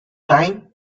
time